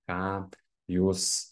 ką jūs